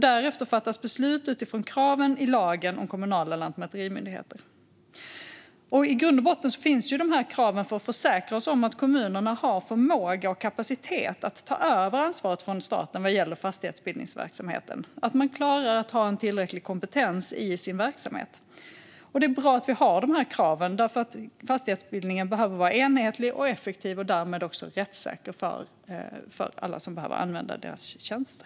Därefter fattas beslut utifrån kraven i lagen om kommunal lantmäterimyndighet. I grund och botten finns dessa krav för att försäkra oss om att kommunerna har förmåga och kapacitet att ta över ansvaret från staten vad gäller fastighetsbildningsverksamheten - att man klarar att ha en tillräcklig kompetens i sin verksamhet. Det är bra att vi har kraven, för fastighetsbildningen behöver vara enhetlig och effektiv och därmed också rättssäker för alla som behöver använda dessa tjänster.